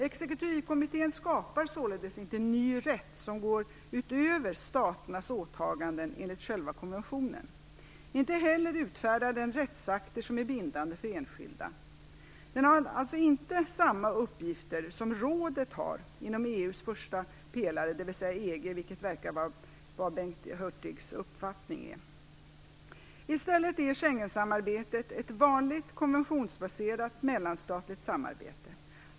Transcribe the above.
Exekutivkommittén skapar således inte ny rätt som går utöver staternas åtaganden enligt själva konventionen, inte heller utfärdar den rättsakter som är bindande för enskilda. Den har alltså inte samma uppgifter som rådet har inom EU:s första pelare, dvs. EG, vilket verkar vara Bengt Hurtigs uppfattning. I stället är Schengensamarbetet ett vanligt konventionsbaserat mellanstatligt samarbete.